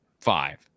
five